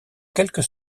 quelques